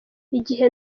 igihe